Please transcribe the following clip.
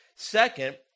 Second